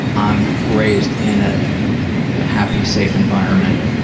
i'm raised in a ah happy, safe environment.